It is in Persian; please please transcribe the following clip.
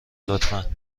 لطفا